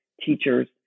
teachers